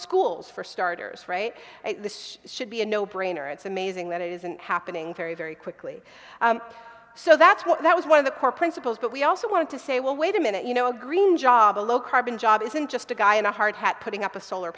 schools for starters this should be a no brainer it's amazing that it isn't happening very very quickly so that's what that was one of the core principles but we also want to say well wait a minute you know green job a low carbon job isn't just a guy in a hard hat putting up a solar